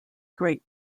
great